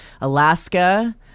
Alaska